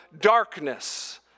darkness